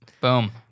Boom